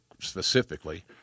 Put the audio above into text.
specifically